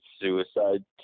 suicide